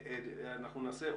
אנחנו מדברים על